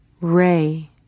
Ray